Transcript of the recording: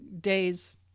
days